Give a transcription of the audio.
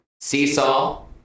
seesaw